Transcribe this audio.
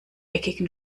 eckigen